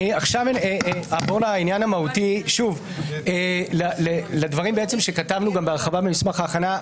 אני אעבור לעניין המהותי לדברים שכתבנו בהרחבה במסמך ההכנה.